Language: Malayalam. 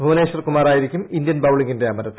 ഭുവനേശ്വർ കുമാർ ആയിരിക്കും ഇന്ത്യൻ ബൌളിങ്ങിന്റെ അമരത്ത്